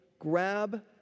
Grab